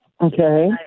Okay